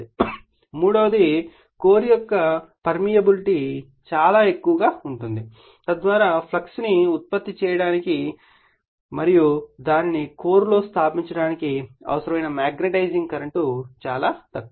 ఇప్పుడు మూడవది కోర్ యొక్క పర్మియబిలిటీ చాలా ఎక్కువగా ఉంటుంది తద్వారా ఫ్లక్స్ను ఉత్పత్తి చేయడానికి మరియు దానిని కోర్లో స్థాపించడానికి అవసరమైన మాగ్నెటైజింగ్ కరెంట్ చాలా తక్కువ